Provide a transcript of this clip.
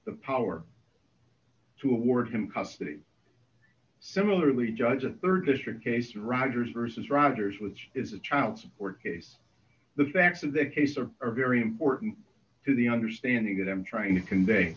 the power to award him custody similarly judge a rd district case rogers versus rogers which is a child support case the facts of the case are very important to the understanding that i'm trying to convey